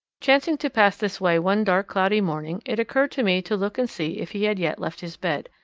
chancing to pass this way one dark cloudy morning, it occurred to me to look and see if he had yet left his bed.